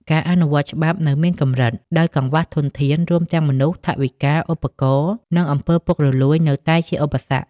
ការអនុវត្តច្បាប់នៅមានកម្រិត ដោយកង្វះធនធាន រួមទាំងមនុស្ស ថវិកា ឧបករណ៍ និងអំពើពុករលួយនៅតែជាឧបសគ្គ។